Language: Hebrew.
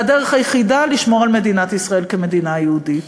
והדרך היחידה לשמור על מדינת ישראל כמדינה יהודית.